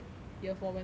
year four went to a